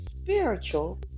spiritual